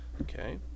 Okay